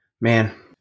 Man